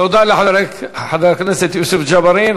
תודה לחבר הכנסת יוסף ג'בארין.